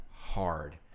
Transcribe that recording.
hard